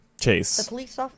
Chase